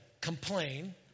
complain